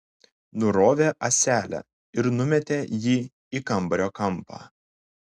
nurovė ąselę ir numetė jį į kambario kampą